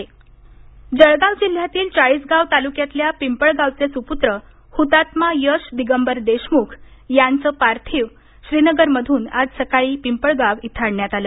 अंत्यसंस्कार जळगाव जिल्ह्यातील चाळिसगाव तालुक्यातल्या पिंपळगावचे सुपुत्र हुतात्मा यश दिंगबर देशमुख यांचं पार्थिव श्रीनगर मधून आज सकाळी पिंपळगाव इथं आणण्यात आला